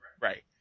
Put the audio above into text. right